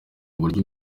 uburyo